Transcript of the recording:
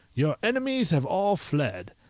your enemies have all fled.